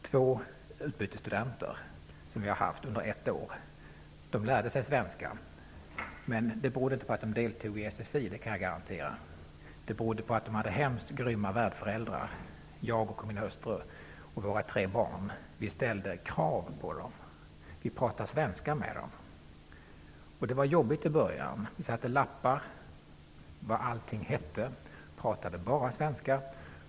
Två utbytesstudenter som vi har haft under ett år lärde sig svenska. Men det berodde inte på att de deltog i SFI, det kan jag garantera. Det berodde på att de hade hemskt grymma värdföräldrar. Jag och min hustru samt våra tre barn ställde krav på dem. Vi talade svenska med dem. Det var jobbigt i början. Vi satte lappar där det stod vad allting hette. Vi talade vara svenska.